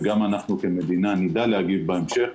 וגם אנחנו כמדינה נדע להגיב בהמשך,